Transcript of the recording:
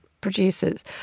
producers